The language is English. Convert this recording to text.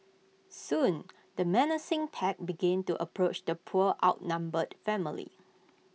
soon the menacing pack began to approach the poor outnumbered family